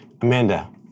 Amanda